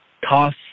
toss